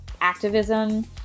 activism